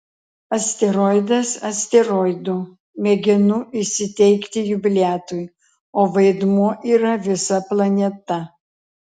asteroidas asteroidu mėginu įsiteikti jubiliatui o vaidmuo yra visa planeta